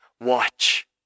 watch